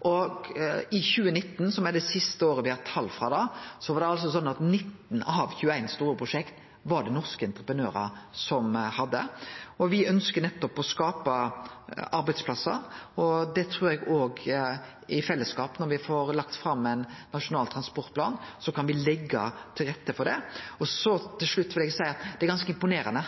og i 2019, som er det siste året me har tal frå, var det norske entreprenørar som hadde 19 av 21 store prosjekt. Me ønskjer nettopp å skape arbeidsplassar, og eg trur også at når me får lagt fram Nasjonal transportplan, kan me i fellesskap leggje til rette for det. Til slutt vil eg seie at det er ganske imponerande